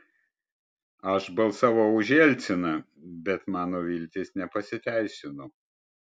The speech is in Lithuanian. aš balsavau už jelciną bet mano viltys nepasiteisino